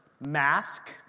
mask